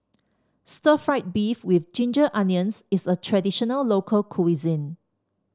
Stir Fried Beef with Ginger Onions is a traditional local cuisine